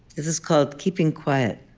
this is called keeping quiet.